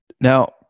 Now